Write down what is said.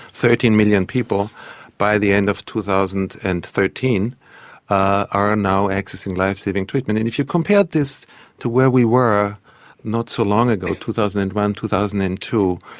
thirteen million people by the end of two thousand and thirteen are now accessing lifesaving treatment. and if you compare this to where we were not so long ago, two thousand and one, two thousand and two,